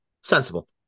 Sensible